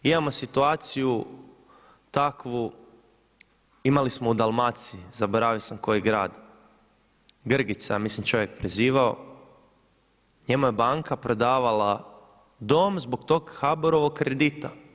Imamo situaciju takvu, imali smo u Dalmaciji zaboravio sam koji grad, Grgić se ja mislim čovjek prezivao, njemu je banka prodavala dom zbog tog HBOR-ovog kredita.